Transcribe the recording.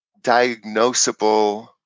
diagnosable